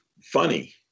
funny